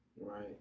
Right